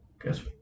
guess